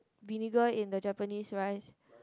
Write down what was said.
vinegar in the Japanese rice